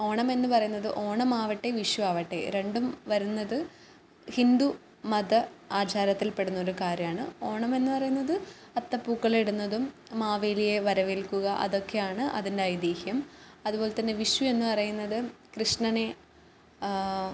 ഓണം എന്ന് പറയുന്നത് ഓണം ആവട്ടെ വിഷു ആവട്ടെ രണ്ടും വരുന്നത് ഹിന്ദു മത ആചാരത്തിൽപ്പെടുന്ന ഒരു കാര്യമാണ് ഓണം എന്നു പറയുന്നത് അത്തപ്പൂക്കളം ഇടുന്നതും മാവേലിയെ വരവേൽക്കുക അതൊക്കെയാണ് അതിൻ്റെ ഐതീഹ്യം അതുപോലെ തന്നെ വിഷു എന്ന് പറയുന്നത് കൃഷ്ണനെ